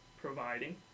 providing